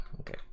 okay